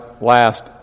last